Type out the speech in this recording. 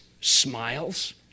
smiles